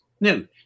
no